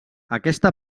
aquesta